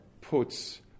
puts